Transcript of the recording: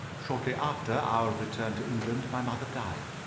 shortly after our return to england my mother died